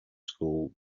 school